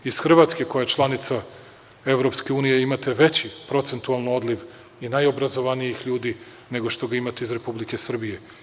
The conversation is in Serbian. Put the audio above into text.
Iz Hrvatske, koja je članica EU imate veći procentualno odliv i naj obrazovanijih ljudi nego što ga imate iz Republike Srbije.